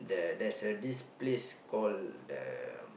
the there's a this place call the